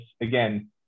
again